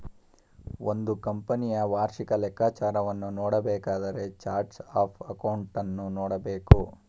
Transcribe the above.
ಒಂದು ಕಂಪನಿಯ ವಾರ್ಷಿಕ ಲೆಕ್ಕಾಚಾರವನ್ನು ನೋಡಬೇಕಾದರೆ ಚಾರ್ಟ್ಸ್ ಆಫ್ ಅಕೌಂಟನ್ನು ನೋಡಬೇಕು